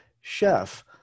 chef